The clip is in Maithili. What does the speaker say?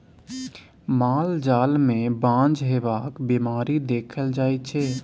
माल जाल मे बाँझ हेबाक बीमारी देखल जाइ छै